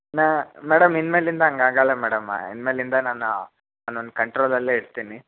ನಾ ಮೇಡಮ್ ಇನ್ನು ಮೇಲಿಂದ ಹಂಗಾಗಲ್ಲ ಮೇಡಮ್ ಇನ್ನು ಮೇಲಿಂದ ನಾನು ಅವ್ನನ್ನ ಕಂಟ್ರೋಲಲ್ಲೇ ಇಡ್ತೀನಿ